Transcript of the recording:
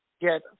get